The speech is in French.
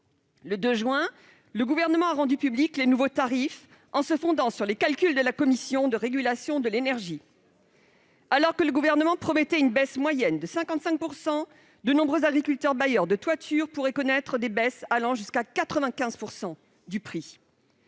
Le 2 juin dernier, le Gouvernement a rendu publics les nouveaux tarifs en se fondant sur les calculs de la Commission de régulation de l'énergie (CRE). Alors que le Gouvernement promettait une baisse moyenne de 55 %, de nombreux agriculteurs bailleurs de toitures pourraient connaître des baisses allant jusqu'à 95 % du prix